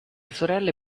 sorelle